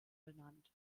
benannt